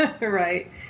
Right